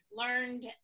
learned